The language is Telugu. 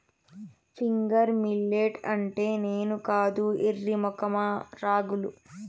ఫింగర్ మిల్లెట్ అంటే నేను కాదు ఎర్రి మొఖమా రాగులు